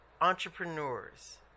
entrepreneurs